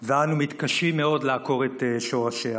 ואנו מתקשים מאוד לעקור את שורשיה.